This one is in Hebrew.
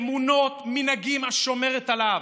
אמונות, מנהגים, השומרת עליו,